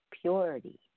purity